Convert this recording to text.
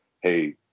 hey